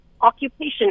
occupation